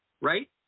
right